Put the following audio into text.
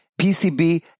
PCB